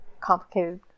complicated